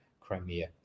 Crimea